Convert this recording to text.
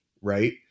right